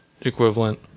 equivalent